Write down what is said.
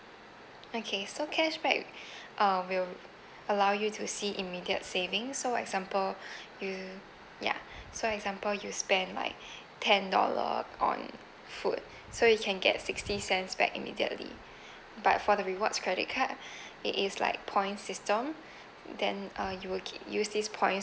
okay so cashback uh will allow you to see immediate savings so example you ya so example you spend like ten dollar on food so you can get sixty cents back immediately but for the rewards credit card it is like points system then uh you will use this point